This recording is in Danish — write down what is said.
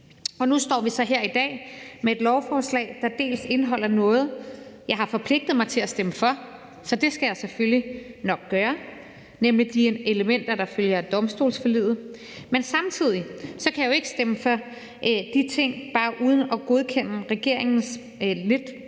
Og nu står vi så her i dag med et lovforslag, der bl.a. indeholder noget, jeg har forpligtet mig til at stemme for – så det skal jeg selvfølgelig nok gøre – nemlig de elementer, der følger af domstolsforliget, men jeg kan jo ikke stemme for de ting uden samtidig at godkende regeringens lidt